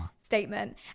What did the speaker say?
statement